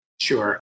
Sure